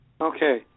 Okay